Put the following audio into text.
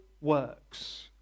works